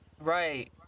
Right